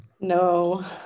No